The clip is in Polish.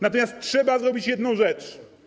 Natomiast trzeba zrobić jedną rzecz.